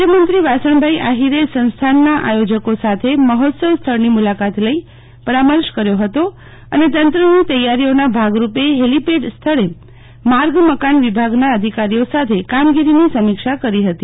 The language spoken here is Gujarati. રાજ્યમંત્રી વાસણભાઈ આહિરે સંસ્થાનના આયોજકો સાથે મહોત્સવ સ્થળની મુલાકાત લઇ પરામર્શ કર્યો હતો અને તંત્રની તૈયારીઓના ભાગ રૂપે હેલીપેડ સ્થળે માર્ગ મકાન વિભાગના અધિકારીઓ સાથે કામગીરીની સમીક્ષા કરી હતી